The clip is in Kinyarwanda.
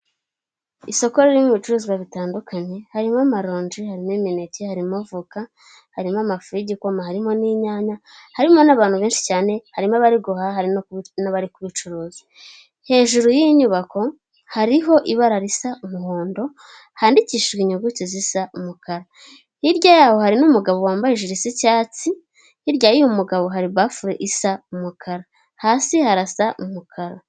Isoko ririmo ibicuruzwa bitandukanye harimo amarongi, hari'imineti harimo avoka, harimo amafuri y'igikoma, harimo n'inyanya harimo n'abantu benshi cyane harimo abari bari mu bucuruzi. Hejuru y'iyi nyubako hariho ibara risa umuhondo, handikishijwe inyuguti zisa umukara hirya yaho hari n'umugabo wambaye ijiri isa icyatsi, hirya y'uyu mugabo hari bafure isa umukara hasi harasa umukara.